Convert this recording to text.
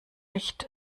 nicht